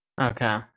Okay